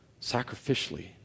Sacrificially